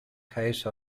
case